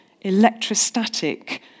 electrostatic